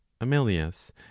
Amelius